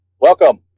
Welcome